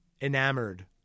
enamored